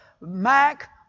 Mac